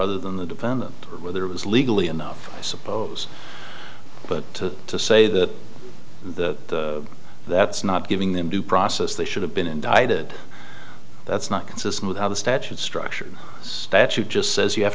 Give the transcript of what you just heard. other than the defendant whether it was legally enough i suppose but to say that that that's not giving them due process they should have been indicted that's not consistent with how the statute structured statute just says you have